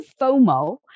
FOMO